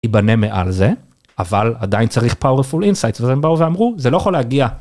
ייבנה מעל זה אבל עדיין צריך פאורפול אינסייט והם באו ואמרו זה לא יכול להגיע.